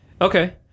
Okay